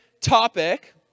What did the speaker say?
topic